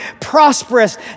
prosperous